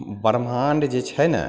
ब्रह्माण्ड जे छै ने